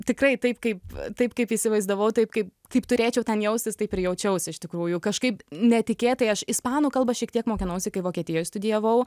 tikrai taip kaip taip kaip įsivaizdavau taip kaip kaip turėčiau ten jaustis taip ir jaučiausi iš tikrųjų kažkaip netikėtai aš ispanų kalbą šiek tiek mokinausi kai vokietijoj studijavau